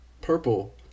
purple